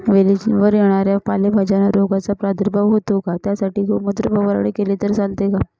वेलीवर येणाऱ्या पालेभाज्यांवर रोगाचा प्रादुर्भाव होतो का? त्यासाठी गोमूत्र फवारणी केली तर चालते का?